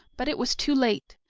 but it was too late.